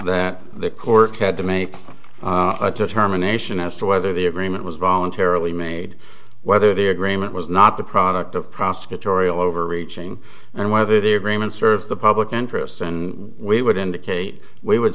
that the court had to make a determination as to whether the agreement was voluntarily made whether the agreement was not the product of prosecutorial overreaching and whether the agreement serves the public interest and we would indicate we would